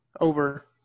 Over